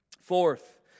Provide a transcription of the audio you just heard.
Fourth